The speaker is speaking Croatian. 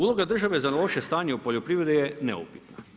Uloga države za loše stanje u poljoprivredi je neupitno.